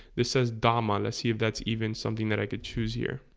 this says da ma let's see if that's even something that i could choose here